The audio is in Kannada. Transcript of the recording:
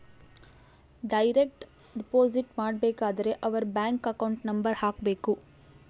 ಡೈರೆಕ್ಟ್ ಡಿಪೊಸಿಟ್ ಮಾಡಬೇಕಾದರೆ ಅವರ್ ಬ್ಯಾಂಕ್ ಅಕೌಂಟ್ ನಂಬರ್ ಹಾಕ್ಬೆಕು